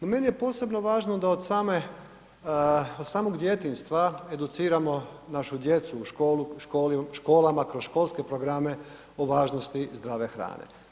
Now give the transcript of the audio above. I menije posebno važno da od same, od samog djetinjstva educiramo našu djecu u školama kroz školske programe o važnosti zdrave hrane.